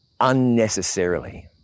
unnecessarily